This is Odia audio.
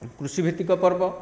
କୃଷି ଭିତ୍ତିକ ପର୍ବ